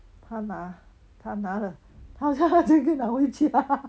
他拿他拿了他好像整个拿回家